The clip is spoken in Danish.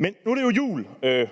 ører. Nu er det jo